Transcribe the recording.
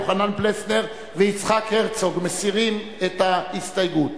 יוחנן פלסנר ויצחק הרצוג מסירים את ההסתייגות.